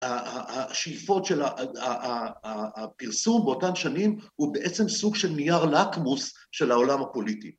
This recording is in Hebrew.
‫השאיפות של הפרסום באותן שנים ‫הוא בעצם סוג של נייר לקמוס ‫של העולם הפוליטי.